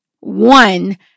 one